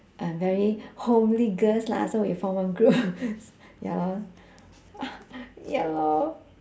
and very homely girls lah so we form one group ya lor ya lor